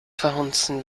verhunzen